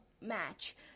match